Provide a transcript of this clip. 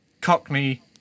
Cockney